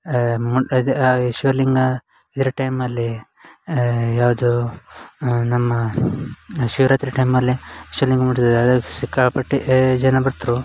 ಇದು ಆ ಈಶ್ವರ ಲಿಂಗ ಇದ್ರ ಟೈಮಲ್ಲಿ ಯಾವುದು ನಮ್ಮ ಶಿವರಾತ್ರಿ ಟೈಮಲ್ಲಿ ಶಿವಲಿಂಗ ಮುಟ್ದು ಅದು ಸಿಕ್ಕಾಪಟ್ಟೆ ಜನ ಬತ್ರು